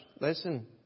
Listen